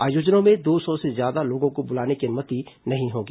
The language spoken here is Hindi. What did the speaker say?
आयोजनों में दो सौ से ज्यादा लोगों को बुलाने की अनुमति नहीं होगी